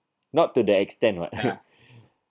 not to that extent what